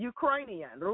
Ukrainian